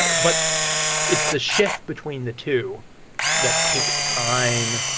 but it's the shift between the two that takes time,